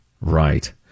right